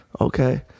okay